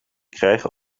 krijgen